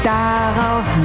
darauf